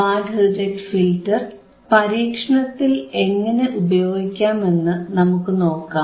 band reject filter ഒരു പരീക്ഷണത്തിൽ എങ്ങനെ ഉപയോഗിക്കാമെന്നു നമുക്കുനോക്കാം